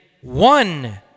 one